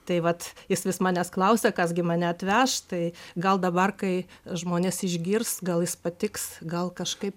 tai vat jis vis manęs klausia kas gi mane atveš tai gal dabar kai žmonės išgirs gal jis patiks gal kažkaip